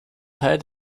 teil